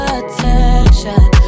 attention